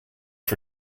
for